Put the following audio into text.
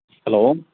hello